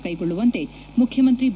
ಕೈಗೊಳ್ಳುವಂತೆ ಮುಖ್ಯಮಂತಿ ಬಿ